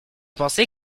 pensez